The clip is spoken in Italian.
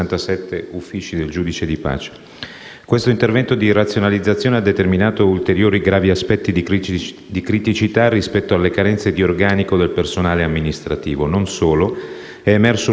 Questo intervento di razionalizzazione ha determinato ulteriori gravi aspetti di criticità rispetto alle carenze di organico del personale amministrativo. Non solo: è emerso un ulteriore aspetto problematico connesso